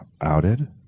Outed